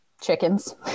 chickens